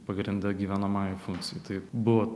pagrinde gyvenamajai funkcijai tai buvo